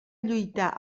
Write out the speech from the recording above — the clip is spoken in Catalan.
lluità